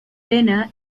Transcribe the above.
tena